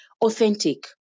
authentic